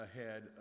ahead